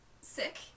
Sick